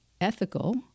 ethical